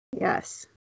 Yes